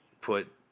put